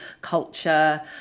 culture